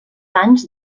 anys